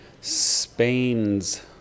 Spain's